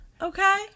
Okay